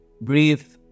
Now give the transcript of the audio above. breathe